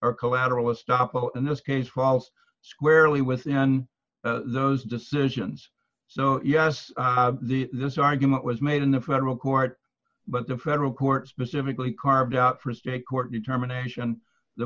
or collateral estoppel in this case falls squarely within those decisions so yes this argument was made in the federal court but the federal court specifically carved out for a state court determination the